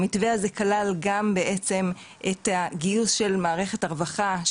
המתווה הזה כלל גם את הגיוס של מערכת הרווחה,